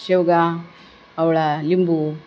शेवगा आवळा लिंबू